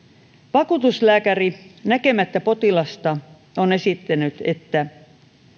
vakuutuslääkäri näkemättä potilasta on esittänyt että